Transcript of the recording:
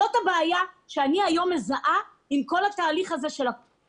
זאת הבעיה שאני מזהה היום עם כל התהליך הזה של הקורונה,